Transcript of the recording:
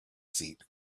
seat